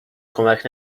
کمک